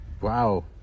Wow